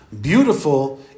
Beautiful